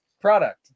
product